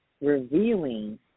revealing